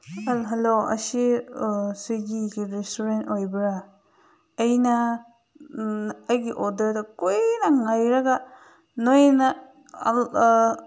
hello ꯑꯁꯤ ꯁ꯭ꯋꯤꯒꯤꯒꯤ restaurant ꯑꯣꯏꯕ꯭ꯔꯥ ꯑꯩꯅ ꯑꯩꯒꯤ ꯑꯣꯔꯗꯔꯗꯣ ꯀꯨꯏꯅ ꯉꯥꯏꯔꯒ ꯅꯣꯏꯅ